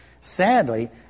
Sadly